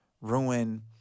ruin